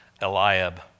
Eliab